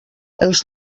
els